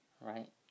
right